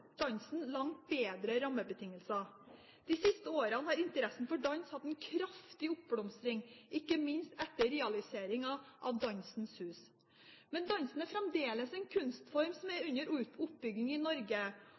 dansen langt bedre rammebetingelser. De siste årene har interessen for dans hatt en kraftig oppblomstring, ikke minst etter realiseringen av Dansens Hus. Men dansen er fremdeles en kunstform som er under oppbygging i Norge,